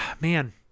man